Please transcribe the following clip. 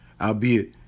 Albeit